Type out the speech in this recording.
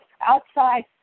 outside